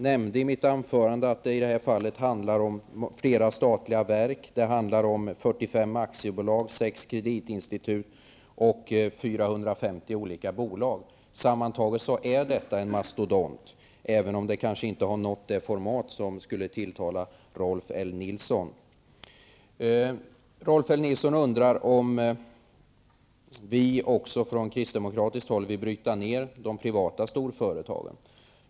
I mitt anförande nämnde jag att det i detta fall handlar om flera statliga verk, om 45 Sammantaget är detta en mastodont, även om den inte har nått det format som skulle tilltala Rolf L Rolf L Nilson undrar om vi kristdemokrater också vill bryta ned de privata storföretagen.